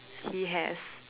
he has